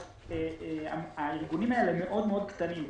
הארגונים האלה מאוד קטנים.